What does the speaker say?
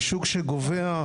בשוק שגווע,